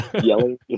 yelling